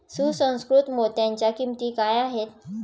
सुसंस्कृत मोत्यांच्या किंमती काय आहेत